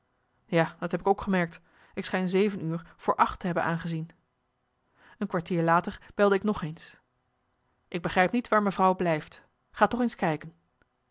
ja dat heb ik ook gemerkt ik schijn zeven uur voor acht te hebben aangezien een kwartier later belde ik nog eens ik begrijp niet waar mevrouw blijft ga toch eens kijken